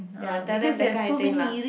ya tell them that kind of thing lah